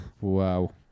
Wow